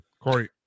Corey